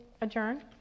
adjourn